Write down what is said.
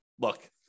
look